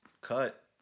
cut